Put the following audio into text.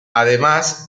además